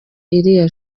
iriya